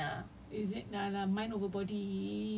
sometimes you just need a change of environment ya